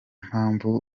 mpamvu